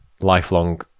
lifelong